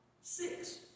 Six